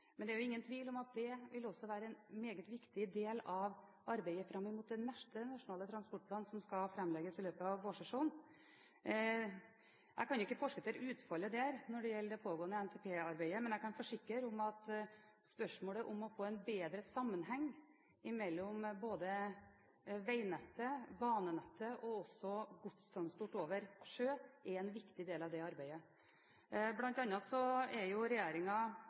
men det er ingen tvil om at det også vil være en meget viktig del av arbeidet fram mot den neste nasjonale transportplanen, som skal framlegges i løpet av vårsesjonen. Jeg kan ikke forskuttere utfallet av det pågående NTP-arbeidet, men jeg kan forsikre om at spørsmålet om å få en bedre sammenheng mellom både veinettet, banenettet og også godstransport over sjø er en viktig del av det arbeidet. Blant annet er